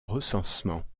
recensement